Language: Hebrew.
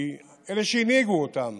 כי אלה שהנהיגו אותם